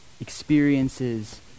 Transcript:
experiences